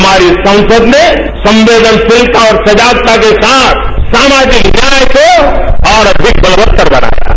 हमारी रांसद ने संवेदनशीलता और राजगता के साथ सामाजिक न्याय को और अधिक बलवत्तर बना रहा है